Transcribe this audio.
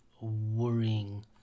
worrying